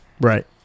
Right